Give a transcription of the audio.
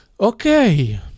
Okay